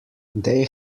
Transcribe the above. they